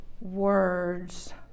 words